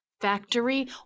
factory